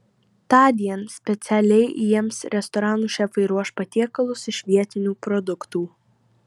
tądien specialiai jiems restoranų šefai ruoš patiekalus iš vietinių produktų